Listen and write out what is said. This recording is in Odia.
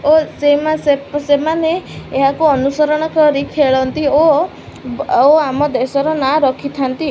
ଓ ସେମାନେ ଏହାକୁ ଅନୁସରଣ କରି ଖେଳନ୍ତି ଓ ଓ ଆମ ଦେଶର ନାଁ ରଖିଥାନ୍ତି